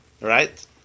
right